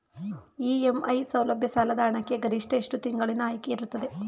EMI ಸೌಲಭ್ಯ ಸಾಲದ ಹಣಕ್ಕೆ ಗರಿಷ್ಠ ಎಷ್ಟು ತಿಂಗಳಿನ ಆಯ್ಕೆ ಇರುತ್ತದೆ?